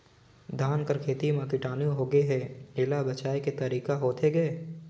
धान कर खेती म कीटाणु होगे हे एला बचाय के तरीका होथे गए?